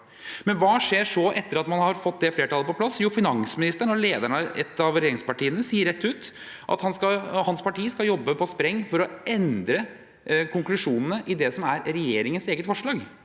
Hva skjer så etter at man har fått det flertallet på plass? Jo, finansministeren og lederen av et av regjeringspartiene sier rett ut at hans parti skal jobbe på spreng for å endre konklusjonene i det som er regjeringens eget forslag.